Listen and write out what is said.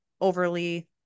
overly